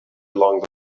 along